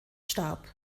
starb